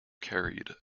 carried